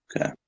Okay